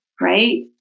Right